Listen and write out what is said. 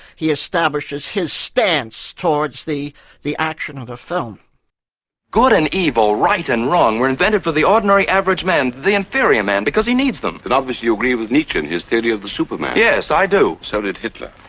he establishes his stance towards the the action of the film. ropeman good and evil, right and wrong, were invented for the ordinary average man, the inferior man, because he needs them. but obviously you agree with nietzsche, and his theory of the superman? yes, i do. so did hitler.